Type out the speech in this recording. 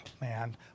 man